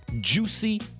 juicy